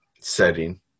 setting